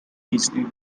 easily